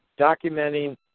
documenting